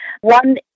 one